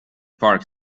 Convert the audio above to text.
park